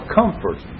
comfort